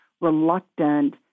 reluctant